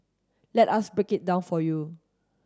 let us break it down for you